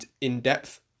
in-depth